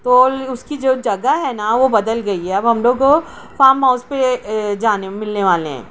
تو اس کی جو جگہ ہے نا وہ بدل گئی ہے اب ہم لوگ فام ہاؤس پہ جانے ملنے والے ہیں